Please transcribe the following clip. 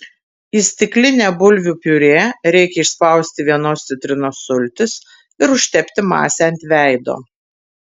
į stiklinę bulvių piurė reikia išspausti vienos citrinos sultis ir užtepti masę ant veido